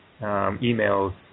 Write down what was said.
emails